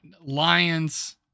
Lions